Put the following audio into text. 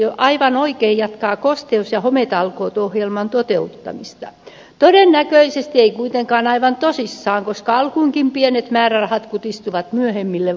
ympäristöministeriö aivan oikein jatkaa kosteus ja hometalkoot ohjelman toteuttamista todennäköisesti ei kuitenkaan aivan tosissaan koska alkuunkin pienet määrärahat kutistuvat myöhemmille vuosille